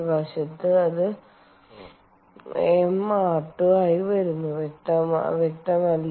വശത്ത് അത് M r2 ആയി വരുന്നു വ്യക്തമല്ലേ